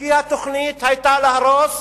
כי התוכנית היתה להרוס